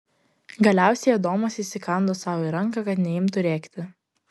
galiausiai adomas įsikando sau į ranką kad neimtų rėkti